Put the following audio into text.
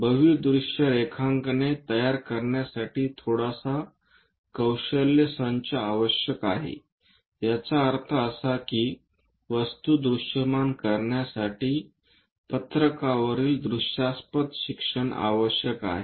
बहु दृश्य रेखांकने तयार करण्यासाठी थोडासा कौशल्य संच आवश्यक आहे याचा अर्थ असा की वस्तू दृश्यमान करण्यासाठी पत्रकावरील दृश्यास्पद शिक्षण आवश्यक आहे